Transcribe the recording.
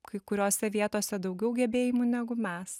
kai kuriose vietose daugiau gebėjimų negu mes